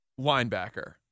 linebacker